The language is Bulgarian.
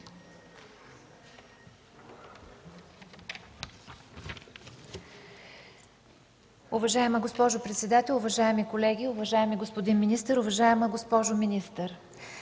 Уважаема госпожо председател, уважаеми колеги, уважаеми господин министър! Уважаема госпожо министър,